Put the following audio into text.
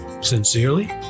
Sincerely